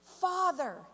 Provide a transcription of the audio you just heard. father